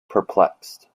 perplexed